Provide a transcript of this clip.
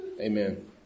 Amen